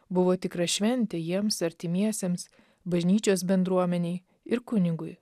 buvo tikra šventė jiems artimiesiems bažnyčios bendruomenei ir kunigui